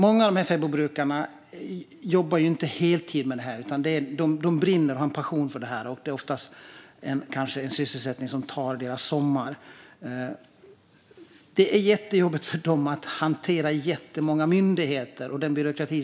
Många fäbodbrukare jobbar inte heltid med detta, men de brinner för det och lägger sina somrar på det. Det är jättejobbigt för dem att hantera många myndigheter och all byråkrati.